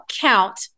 count